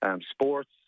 Sports